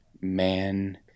man